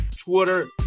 Twitter